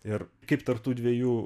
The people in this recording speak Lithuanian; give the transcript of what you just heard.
ir kaip tarp tų dviejų